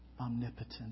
omnipotent